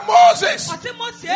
Moses